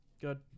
Good